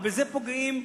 ובזה פוגעים,